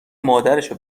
مادرشو